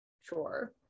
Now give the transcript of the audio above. Sure